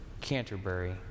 Canterbury